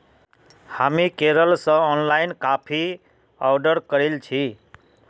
हामी केरल स ऑनलाइन काफी ऑर्डर करील छि